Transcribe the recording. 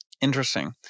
Interesting